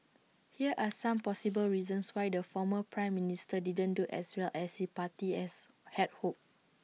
here are some possible reasons why the former Prime Minister didn't do as well as his party as had hoped